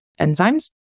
enzymes